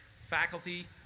faculty